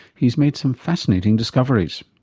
he's made some fascinating discoveries.